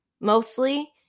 mostly